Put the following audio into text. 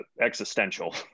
existential